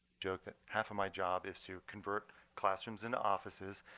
joke that half of my job is to convert classrooms into offices.